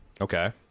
okay